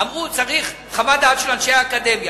אמרו: צריך חוות דעת של אנשי האקדמיה.